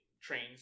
trains